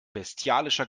bestialischer